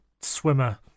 swimmer